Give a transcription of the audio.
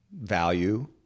value